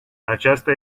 aceasta